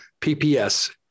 PPS